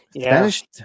Spanish